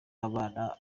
abana